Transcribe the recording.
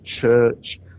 Church